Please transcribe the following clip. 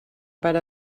per